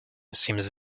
seems